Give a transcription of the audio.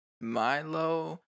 Milo